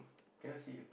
cannot see ah